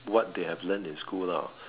what they have learn in school lah